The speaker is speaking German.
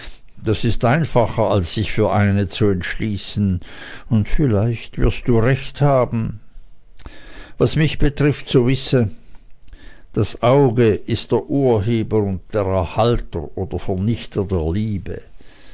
das ist einfacher als sich für eine zu entschließen und vielleicht wirst du recht haben was mich betrifft so wisse das auge ist der urheber und der erhalter oder vernichter der liebe